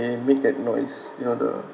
they make that noise you know the